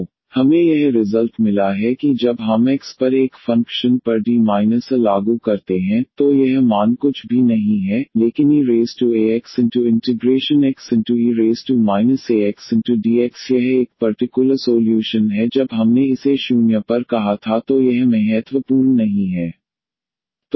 तो हमें यह रिजल्ट मिला है कि जब हम X पर एक फ़ंक्शन पर D a लागू करते हैं तो यह मान कुछ भी नहीं है लेकिन eaxXe axdx यह एक पर्टिकुलर सोल्यूशन है जब हमने इसे 0 पर कहा था तो यह महत्वपूर्ण नहीं है